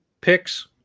picks